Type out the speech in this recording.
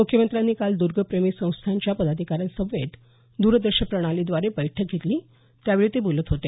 मुख्यमंत्र्यांनी काल दर्गप्रेमी संस्थांच्या पदाधिकादऱ्यांसमवेत द्रदृश्य प्रणालीद्वारे बैठक घेतली त्यावेळी ते बोलत होते